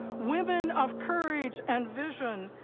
women of courage and vision,